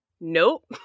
Nope